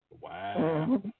Wow